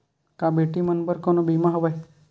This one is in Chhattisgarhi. का बेटी मन बर कोनो बीमा हवय?